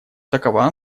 такова